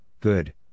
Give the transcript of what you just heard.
good